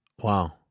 Wow